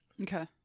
Okay